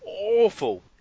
awful